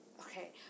okay